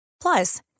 Plus